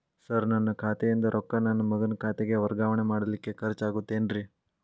Sir ನನ್ನ ಖಾತೆಯಿಂದ ರೊಕ್ಕ ನನ್ನ ಮಗನ ಖಾತೆಗೆ ವರ್ಗಾವಣೆ ಮಾಡಲಿಕ್ಕೆ ಖರ್ಚ್ ಆಗುತ್ತೇನ್ರಿ?